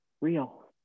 real